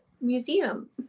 museum